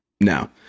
No